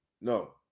No